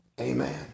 Amen